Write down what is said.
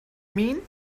mean